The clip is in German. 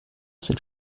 sind